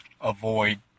avoid